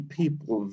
people